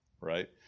Right